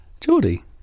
Geordie